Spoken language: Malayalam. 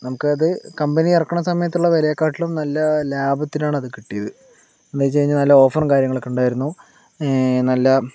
നമുക്കത് കമ്പനി ഇറക്കണ സമയത്തുള്ള വിലയെക്കാട്ടിലും നല്ല ലാഭത്തിനാണ് അത് കിട്ടിയത് എന്നു വെച്ചു കഴിഞ്ഞാൽ നല്ല ഓഫറും കാര്യങ്ങളൊക്കെ ഉണ്ടായിരുന്നു നല്ല